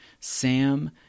Sam